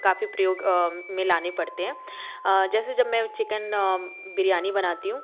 काफ़ी प्रयोग मिलाने पड़ते हैं जैसे जब मैं चिकेन बिरयानी बनाती हूँ